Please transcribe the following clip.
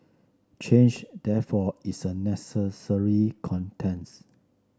change therefore is a necessary contents